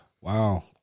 Wow